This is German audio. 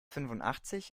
fünfundachtzig